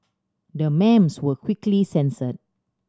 the memes were quickly censored